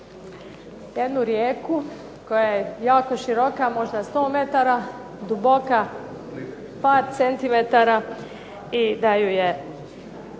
jednu rijeku koja je jako široka, možda 100 metara, duboka par centimetara i da ju je